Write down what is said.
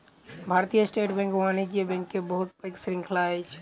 भारतीय State Bank वाणिज्य bank के बहुत पैघ श्रृंखला अछि